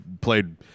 played